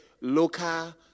local